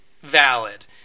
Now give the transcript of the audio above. valid